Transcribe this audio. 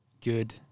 good